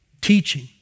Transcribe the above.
teaching